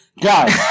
Guys